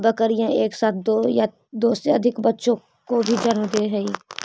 बकरियाँ एक साथ दो या दो से अधिक बच्चों को भी जन्म दे हई